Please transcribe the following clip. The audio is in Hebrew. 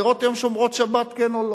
לראות אם הן שומרות שבת כן או לא.